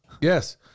Yes